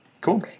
Cool